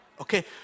Okay